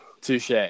touche